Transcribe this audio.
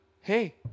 Hey